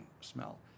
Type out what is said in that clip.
Smell